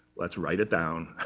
let's write it down.